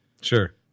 Sure